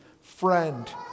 Friend